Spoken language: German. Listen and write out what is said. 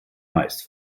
meist